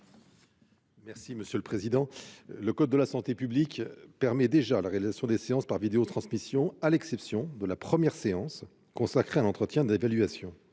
de la commission ? Le code de la santé publique permet déjà la réalisation des séances par vidéotransmission, à l'exception de la première séance, qui est consacrée à un entretien d'évaluation.